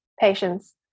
Patience